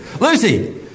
Lucy